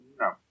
No